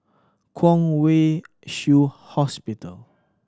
Kwong Wai Shiu Hospital